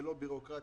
ללא בירוקרטיה,